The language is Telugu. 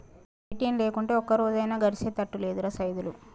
ఏ.టి.ఎమ్ లేకుంటే ఒక్కరోజన్నా గడిసెతట్టు లేదురా సైదులు